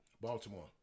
Baltimore